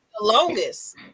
longest